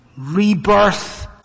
rebirth